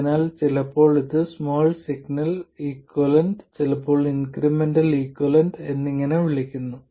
അതിനാൽ ചിലപ്പോൾ ഇത് സ്മാൾ സിഗ്നൽ ഇക്വലന്റ് ചിലപ്പോൾ ഇൻക്രെമെന്റൽ ഇക്വിവലെന്റ് എന്നിങ്ങനെ വിളിക്കുന്നു